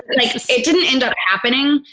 like it didn't end up happening.